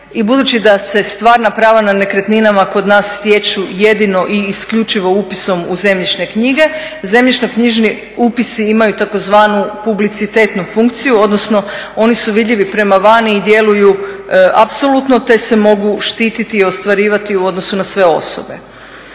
budući da se stvarna prava na nekretninama kod nas stječu jedino i isključivo upisom u zemljišne knjige, zemljišno-knjižni upisi imaju tzv. publicitetnu funkciju odnosno oni su vidljivi prema vani i djeluju apsolutno te se mogu štititi i ostvarivati u odnosu na sve osobe.